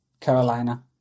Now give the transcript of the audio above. Carolina